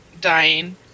dying